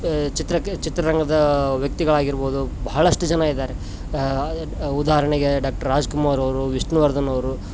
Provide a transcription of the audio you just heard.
ಚಿತ್ರಕ್ಕೆ ಚಿತ್ರರಂಗದ ವ್ಯಕ್ತಿಗಳಾಗಿರ್ಬೌದು ಬಹಳಷ್ಟು ಜನ ಇದ್ದಾರೆ ಉದಾಹರಣೆಗೆ ಡಾಕ್ಟ್ರ್ ರಾಜ್ಕುಮಾರ್ ಅವರು ವಿಷ್ಣುವರ್ಧನ್ ಅವರು